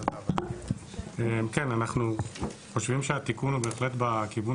אנחנו חושבים שהתיקון הוא בהחלט בכיוון